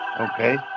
Okay